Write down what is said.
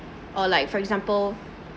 or like for example